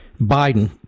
Biden